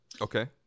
Okay